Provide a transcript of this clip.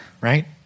right